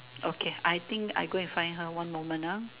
okay I think I go and find her one moment ah